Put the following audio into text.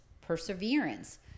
perseverance